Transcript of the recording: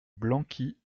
blanqui